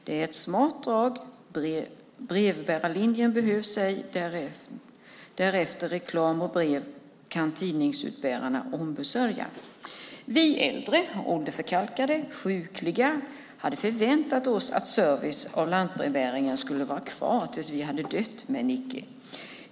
Det är ett smart drag, brevbärarlinjerna behövs ej därefter, reklam och brev kan tidningsutbärarna ombesörja. Vi äldre åderförkalkade, sjukliga hade förväntat oss att servisen av lantbrevbäringen fått vara kvar tills vi dött, men icke.